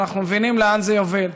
ואנחנו מבינים לאן זה יוביל.